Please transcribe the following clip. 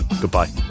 Goodbye